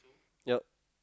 ya